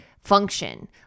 function